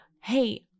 hey